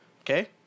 Okay